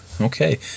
okay